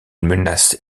menace